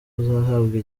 uzahabwa